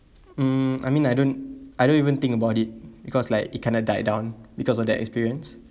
um I mean I don't I don't even think about it because like it kind of died down because of that experience